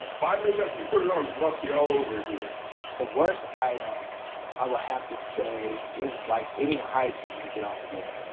five minutes after you put it on, you musty all over again the worst item i would have to say is like any hygiene you get off of there